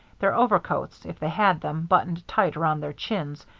their overcoats, if they had them, buttoned tight around their chins,